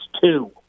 two